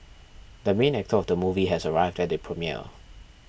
the main actor of the movie has arrived at the premiere